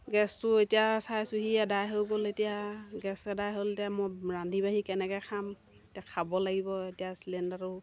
গেছটো এতিয়া চাইছোঁহি এদায় হৈ গ'ল এতিয়া গেছ এদায় হ'ল এতিয়া মই ৰান্ধি বাঢ়ি কেনেকৈ খাম এতিয়া খাব লাগিব এতিয়া চিলিণ্ডাৰটো